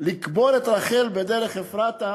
לקבור את רחל בדרך אפרתה?